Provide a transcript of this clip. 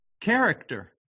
Character